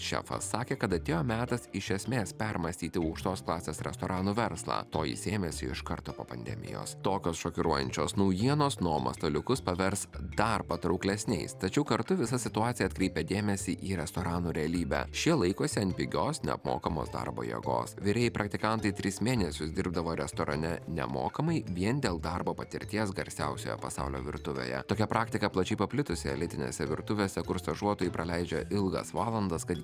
šefas sakė kad atėjo metas iš esmės permąstyti aukštos klasės restoranų verslą to jis ėmėsi iš karto po pandemijos tokios šokiruojančios naujienos noma staliukus pavers dar patrauklesniais tačiau kartu visa situacija atkreipia dėmesį į restoranų realybę šie laikosi ant pigios neapmokamos darbo jėgos virėjai praktikantai tris mėnesius dirbdavo restorane nemokamai vien dėl darbo patirties garsiausioje pasaulio virtuvėje tokia praktika plačiai paplitusi elitinėse virtuvėse kur stažuotojai praleidžia ilgas valandas kad